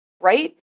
right